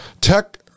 tech